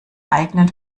eigenen